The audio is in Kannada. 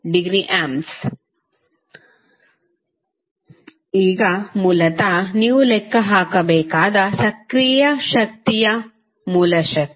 12◦ A ಈಗ ಮೂಲತಃ ನೀವು ಲೆಕ್ಕ ಹಾಕಬೇಕಾದ ಸಕ್ರಿಯ ಶಕ್ತಿಯ ಮೂಲ ಶಕ್ತಿ